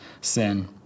sin